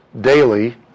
daily